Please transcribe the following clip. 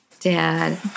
Dad